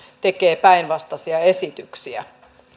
tekee päinvastaisia esityksiä